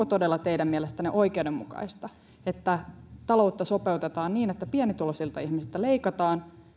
todella teidän mielestänne oikeudenmukaista että taloutta sopeutetaan niin että pienituloisilta ihmisiltä leikataan